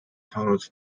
saanud